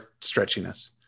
stretchiness